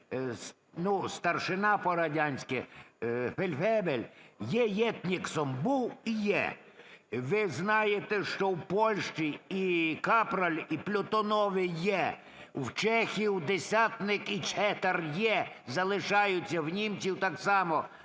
старшина по-радянськи, фельдфебель -........, був і є. Ви знаєте, що в Польщі і капрал, і плютоновий є, в чехів десятник і четар є. Залишаються в німців так само